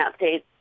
updates